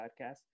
podcast